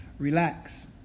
Relax